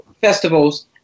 festivals